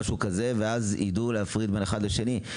ואז יידעו להפריד בין אחד לשני.